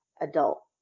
adult